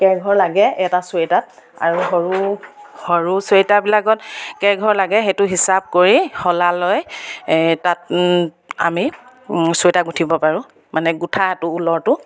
কেইঘৰ লাগে এটা চুৱেটাৰত আৰু সৰু সৰু চুৱেটাৰবিলাকত কেইঘৰ লাগে সেইটো হিচাপ কৰি শলালৈ তাত আমি চুৱেটাৰ গোঁঠিব পাৰোঁ মানে গোঁঠাটো ঊলৰটো